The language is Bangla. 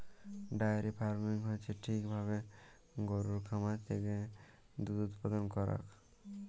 ডায়েরি ফার্মিং হচ্যে ঠিক ভাবে গরুর খামার থেক্যে দুধ উপাদান করাক